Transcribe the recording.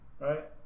right